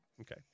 Okay